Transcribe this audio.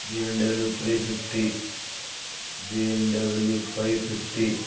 BMW three fifty BMW five fifty